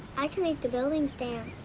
i can make the buildings dance.